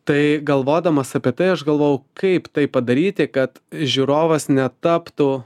tai galvodamas apie tai aš galvojau kaip tai padaryti kad žiūrovas netaptų